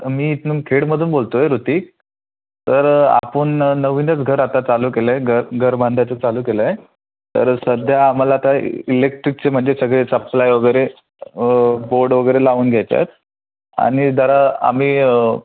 मी इथून खेडमधून बोलतोय ऋतिक तर आपण नवीनच घर आता चालू केलं आहे घर घर बांधायचं चालू केलं आहे तर सध्या आम्हाला आता इलेक्ट्रिकचे म्हणजे सगळे सप्लाय वगैरे बोर्ड वगैरे लावून घ्यायचे आहेत आणि जरा आम्ही